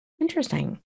Interesting